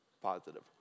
positive